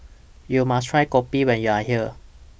YOU must Try Kopi when YOU Are here